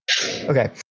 okay